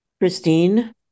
Christine